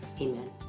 amen